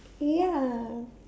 ya